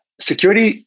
Security